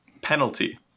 penalty